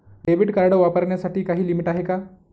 Debit card वापरण्यासाठी काही limit आहे का?